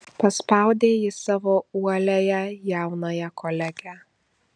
paspaudė ji savo uoliąją jaunąją kolegę